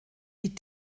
die